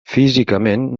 físicament